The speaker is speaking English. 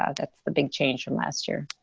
ah that's the big change from last year.